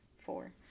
four